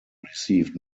received